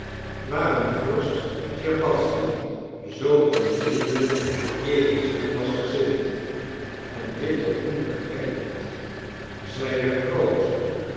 waarom vorst tscherbatzky zoo onvriendelijk jegens hem was gezind en dit toch niet begrijpend zij werd rood